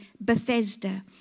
Bethesda